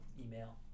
email